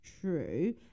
true